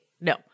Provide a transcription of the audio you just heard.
No